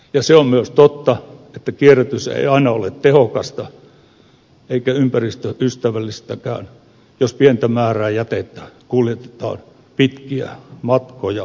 ja se on myös totta että kierrätys ei aina ole tehokasta eikä ympäristöystävällistäkään jos pientä määrää jätettä kuljetetaan pitkiä matkoja käsittelylaitokseen